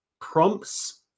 prompts